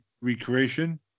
Recreation